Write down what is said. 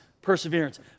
Perseverance